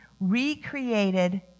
recreated